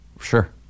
Sure